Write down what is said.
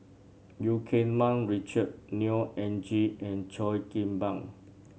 Eu Keng Mun Richard Neo Anngee and Cheo Kim Ban